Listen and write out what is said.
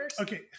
okay